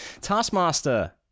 Taskmaster